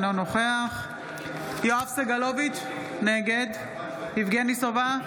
אינו נוכח יואב סגלוביץ' נגד יבגני סובה,